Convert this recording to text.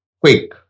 quick